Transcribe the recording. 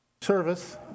service